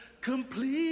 complete